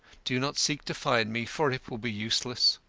do not seek to find me, for it will be useless.